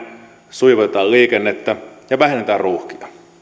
sujuvoitetaan liikennettä ja vähennetään ruuhkia